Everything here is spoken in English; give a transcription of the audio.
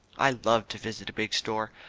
i love to visit a big store.